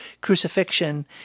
crucifixion